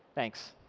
thanks.